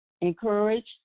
encourage